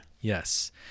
Yes